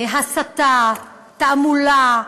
הסתה, תעמולה,